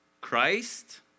Christ